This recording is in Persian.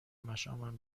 مشامم